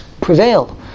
prevail